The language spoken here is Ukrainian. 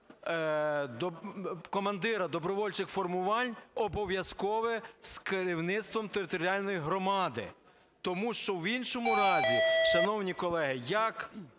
командира добровольчих формувань обов'язкове з керівництвом територіальної громади. Тому що, в іншому разі, шановні колеги, як